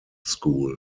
school